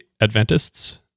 Adventists